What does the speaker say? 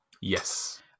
Yes